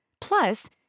Plus